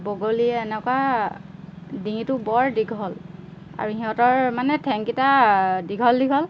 বগলী এনেকুৱা ডিঙিটো বৰ দীঘল আৰু সিহঁতৰ মানে ঠেংকেইটা দীঘল দীঘল